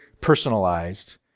personalized